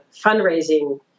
fundraising